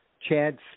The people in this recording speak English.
Chad